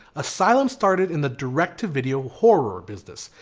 asylum started in the direct to video horror business.